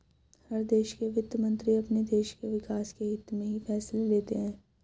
हर देश के वित्त मंत्री अपने देश के विकास के हित्त में ही फैसले लेते हैं